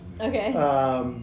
Okay